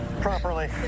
properly